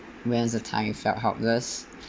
when was a time you felt helpless